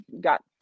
got